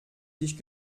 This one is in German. sich